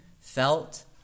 felt